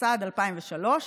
התשס"ד 2003,